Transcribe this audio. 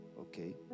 okay